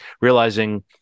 realizing